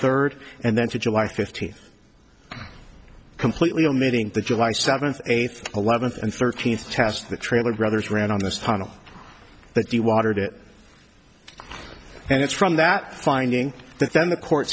third and then to july fifteenth completely omitting the july seventh eighth eleventh and thirteenth test the trailer brothers ran on this panel that the watered it and it's from that finding then the court